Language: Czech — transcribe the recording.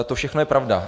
To všechno je pravda.